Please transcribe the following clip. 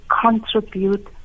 contribute